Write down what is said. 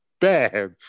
bad